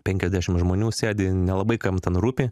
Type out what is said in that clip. penkiasdešim žmonių sėdi nelabai kam ten rūpi